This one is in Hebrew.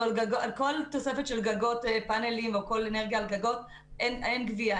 על כל האנרגיה על הגגות אין גבייה.